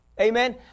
Amen